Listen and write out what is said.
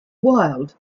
wild